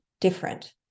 different